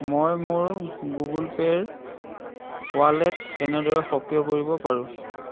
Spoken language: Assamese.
মই মোৰ গুগল পে'ৰ ৱালেট কেনেদৰে সক্ৰিয় কৰিব পাৰোঁ